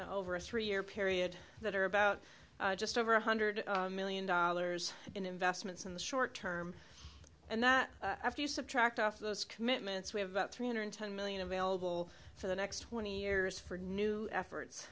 over a three year period that are about just over one hundred million dollars in investments in the short term and that after you subtract off those commitments we have about three hundred ten million available for the next twenty years for new efforts